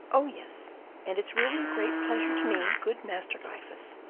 oh, yes and it's really a great pleasure to me, good master gryphus,